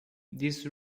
this